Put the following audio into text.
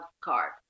card